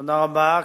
תודה רבה.